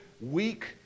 weak